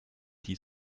die